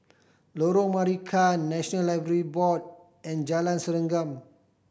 Lorong Marican National Library Board and Jalan Serengam